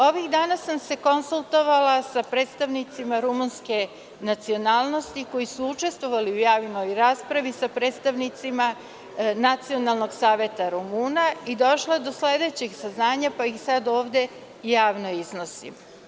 Ovih dana sam se konsultovala sa predstavnicima rumunske nacionalnosti koji su učestvovali u javnoj raspravi, sa predstavnicima nacionalnog saveta Rumuna i došla sam do sledećih saznanja, pa ih sada ovde jasno iznosim.